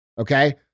Okay